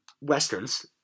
westerns